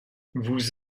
vous